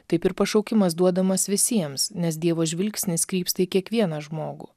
taip ir pašaukimas duodamas visiems nes dievo žvilgsnis krypsta į kiekvieną žmogų